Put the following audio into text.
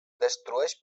destrueix